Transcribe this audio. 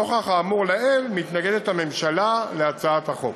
נוכח האמור לעיל, מתנגדת הממשלה להצעת החוק.